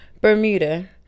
Bermuda